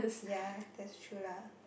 ya that's true lah